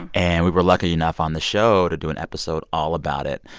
and we were lucky enough on the show to do an episode all about it.